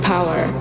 power